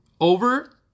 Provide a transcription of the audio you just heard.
Over